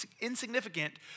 insignificant